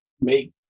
make